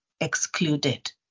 excluded